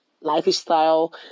lifestyle